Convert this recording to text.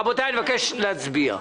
רבותי, אני מבקש להצביע.